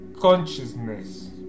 consciousness